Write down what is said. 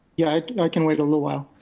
yeah, like i can wait a little while.